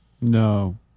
No